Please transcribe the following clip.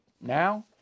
now